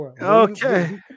Okay